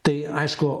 tai aišku